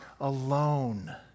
alone